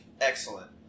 Excellent